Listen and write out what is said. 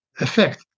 effect